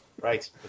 Right